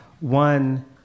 One